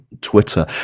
Twitter